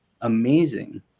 amazing